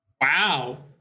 Wow